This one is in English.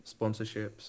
sponsorships